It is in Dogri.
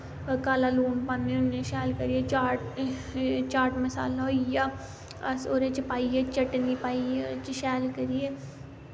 काला लून पान्ने होन्ने शैल करियै चार्ट मसाला होइया अस ओह्दे च पाइयै चटनी पाइयै ओह्दे च शैल करियै